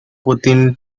putin